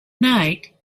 night